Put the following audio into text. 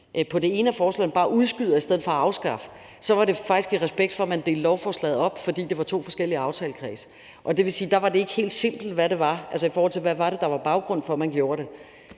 det ene af forslagene, bare udskyder i stedet for at afskaffe, så var det faktisk i respekt for, at man delte lovforslaget op, fordi der var to forskellige aftalekredse. Det vil sige, at det dér ikke var helt simpelt, hvad der var baggrunden for, at man gjorde det.